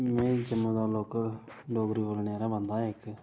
मी जम्मू दा लोकल डोगरी बोलने आह्ला बंदा आं इक